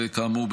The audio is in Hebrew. וכאמור,